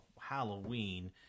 halloween